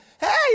Hey